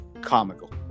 comical